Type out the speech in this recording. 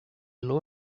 law